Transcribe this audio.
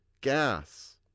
Gas